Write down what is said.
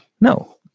no